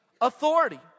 authority